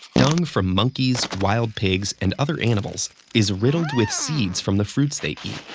dung from monkeys, wild pigs, and other animals is riddled with seeds from the fruits they eat.